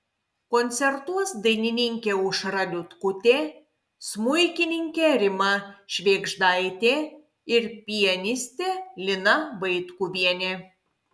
koncertuos dainininkė aušra liutkutė smuikininkė rima švėgždaitė ir pianistė lina vaitkuvienė